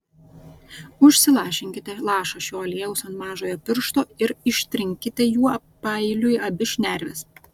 užsilašinkite lašą šio aliejaus ant mažojo piršto ir ištrinkite juo paeiliui abi šnerves